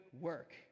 work